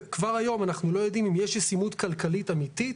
כבר היום אנחנו לא יודעים אם יש ישימות כלכלית אמיתית,